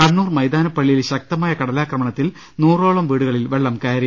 കണ്ണൂർ മൈതാനപള്ളിയിൽ ശക്തമായ കടലാക്രമണത്തിൽ ്നൂറോളം വീടുകളിൽ വെളളം കയറി